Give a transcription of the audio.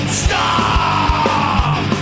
Stop